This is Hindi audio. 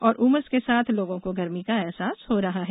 और उमस के साथ लोगों को गर्मी का एहसास हो रहा है